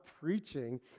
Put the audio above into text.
preaching